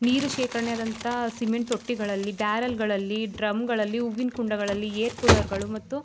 ನೀರು ಶೇಖರಣೆ ಆದಂತ ಸಿಮೆಂಟ್ ತೊಟ್ಟಿಗಳಲ್ಲಿ ಬ್ಯಾರಲ್ಗಳಲ್ಲಿ ಡ್ರಮ್ಗಳಲ್ಲಿ ಹೂವಿನ ಕುಂಡಗಳಲ್ಲಿ ಏರ್ಕೂಲರ್ಗಳು ಮತ್ತು